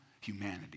humanity